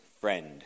friend